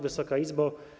Wysoka Izbo!